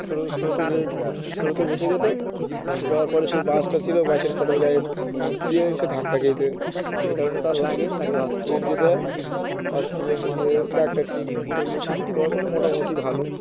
ছো স্রোতে স্রোতে ভেসে গেছে ভেসে যাওয়ার পরে সেই বাসটা ছিল বাসের খটের গায়ে গিয়ে সে ধাক্কা খেয়েছে সেই কারণে তার লাগে তাকে হসপিটালে নিয়ে যেতে হয় হসপিটালে নিয়ে গিয়ে ডাক্তার ট্রিটমেন্ট করলো ট্রিটমেন্ট করার পরে মোটামুটি ভালো